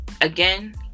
again